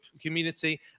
community